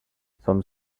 some